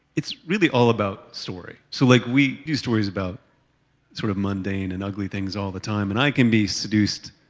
it's really all about story. so, like we hear stories about sort of mundane and ugly things all the time, and i can be seduced,